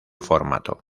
formato